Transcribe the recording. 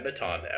Matan